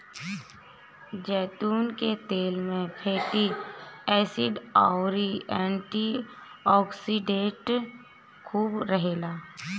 जैतून के तेल में फैटी एसिड अउरी एंटी ओक्सिडेंट खूब रहेला